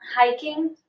hiking